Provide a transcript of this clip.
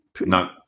No